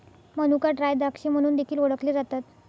मनुका ड्राय द्राक्षे म्हणून देखील ओळखले जातात